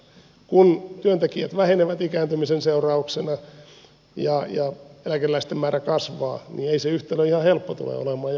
kun työntekijät vähenevät ikääntymisen seurauksena ja eläkeläisten määrä kasvaa niin ei se yhtälö ihan helppo tule olemaan